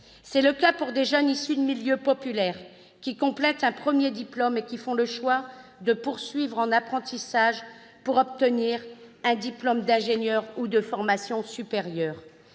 C'est le cas pour des jeunes issus de milieux populaires qui complètent un premier diplôme et qui font le choix de poursuivre leur cursus en apprentissage pour obtenir un diplôme d'ingénieur ou de formation supérieure.